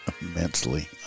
immensely